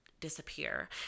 disappear